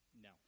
no